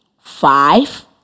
five